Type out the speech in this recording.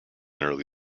early